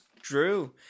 drew